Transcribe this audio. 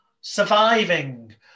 surviving